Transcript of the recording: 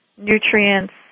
Nutrients